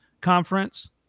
conference